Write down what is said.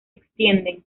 extienden